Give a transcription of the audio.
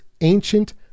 ancient